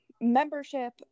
membership